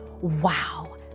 wow